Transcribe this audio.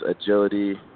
agility